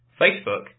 Facebook